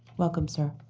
welcome, sir.